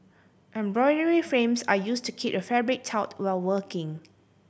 embroidery frames are used to keep the fabric taut while working